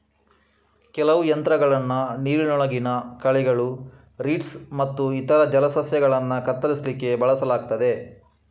ಕೆಲವು ಯಂತ್ರಗಳನ್ನ ನೀರಿನೊಳಗಿನ ಕಳೆಗಳು, ರೀಡ್ಸ್ ಮತ್ತು ಇತರ ಜಲಸಸ್ಯಗಳನ್ನ ಕತ್ತರಿಸ್ಲಿಕ್ಕೆ ಬಳಸಲಾಗ್ತದೆ